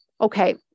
okay